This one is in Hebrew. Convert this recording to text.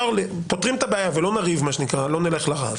פותרים את הבעיה ולא נריב, לא נלך לרב,